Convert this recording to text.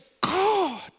God